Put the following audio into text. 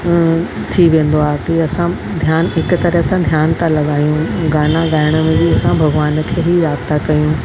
अ थी वेंदो आहे के असां ध्यानु हिक तरह सां ध्यानु लॻायूं गाना ॻाइण बि असां भॻवान खे बि यादि था कयूं